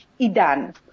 Idan